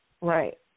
Right